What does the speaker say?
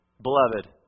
beloved